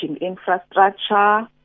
infrastructure